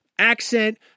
Accent